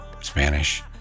Spanish